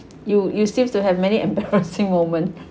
you you seems to have many embarrassing moment